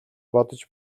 бодож